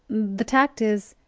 the tact is,